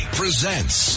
presents